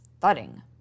thudding